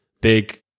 big